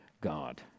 God